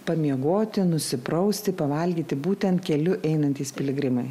pamiegoti nusiprausti pavalgyti būtent keliu einantys piligrimai